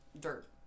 dirt